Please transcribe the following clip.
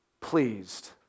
pleased